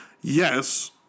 yes